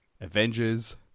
Avengers